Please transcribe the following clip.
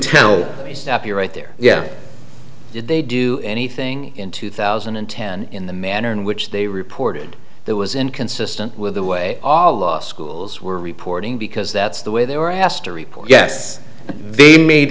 happy right there yeah they do anything in two thousand and ten in the manner in which they reported that was inconsistent with the way schools were reporting because that's the way they were asked to report yes they made